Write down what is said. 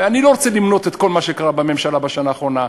אני לא רוצה למנות את כל מה שקרה בממשלה בשנה האחרונה,